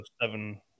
Seven